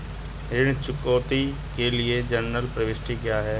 ऋण चुकौती के लिए जनरल प्रविष्टि क्या है?